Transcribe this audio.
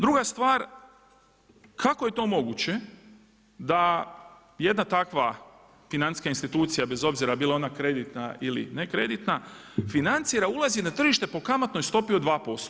Druga stvar, kako je to moguće da jedna takva financijska institucija bez obzira bila ona kreditna ili ne kreditna financira, ulazi na tržište po kamatnoj stopi od 2%